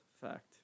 Fact